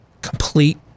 Complete